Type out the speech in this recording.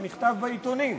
זה נכתב בעיתונים.